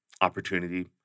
opportunity